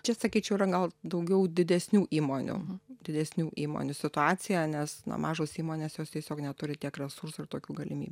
čia sakyčiau yra gal daugiau didesnių įmonių didesnių įmonių situacija nes na mažos įmonės jos tiesiog neturi tiek resursų ir tokių galimy